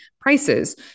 prices